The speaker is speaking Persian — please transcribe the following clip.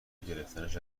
گرفتنش